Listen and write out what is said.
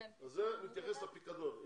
זה מתייחס לפיקדון.